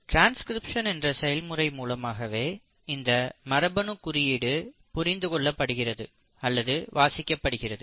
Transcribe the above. transcription என்ற செயல்முறை மூலமாகவே இந்த மரபணு குறியீடு புரிந்து கொள்ளப்படுகிறது அல்லது வாசிக்கப்படுகிறது